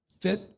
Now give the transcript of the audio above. fit